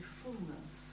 fullness